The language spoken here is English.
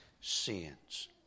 sins